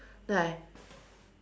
then I